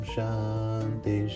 Shanti